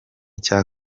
cya